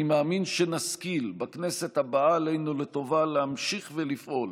אני מאמין שנשכיל בכנסת הבאה עלינו לטובה להמשיך ולפעול